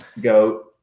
Goat